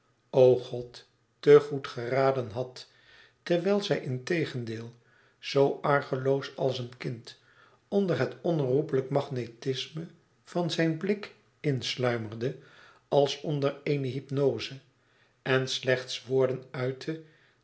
goed o god te goed geraden had terwijl zij integendeel zoo argeloos als een kind onder het onbegrijpelijk magnetisme van zijn blik insluimerde als onder eene hypnoze en slechts woorden uitte